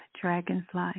Dragonfly